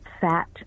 fat